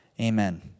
Amen